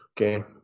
Okay